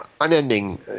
unending